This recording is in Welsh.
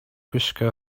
gwisgo